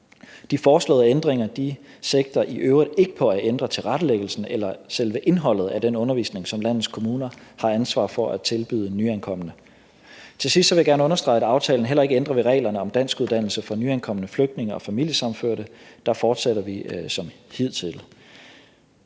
De foreslåede ændringer sigter i øvrigt ikke på at ændre tilrettelæggelsen eller selve indholdet af den undervisning, som landets kommuner har ansvar for at tilbyde nyankomne. Til sidst vil jeg gerne understrege, at aftalen heller ikke ændrer ved reglerne om danskuddannelse for nyankomne flygtninge og familiesammenførte. Der fortsætter vi som hidtil,